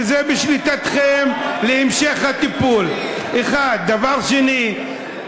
וזה בשליטתכם להמשך הטיפול, דבר שני,